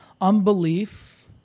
unbelief